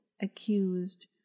accused